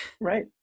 right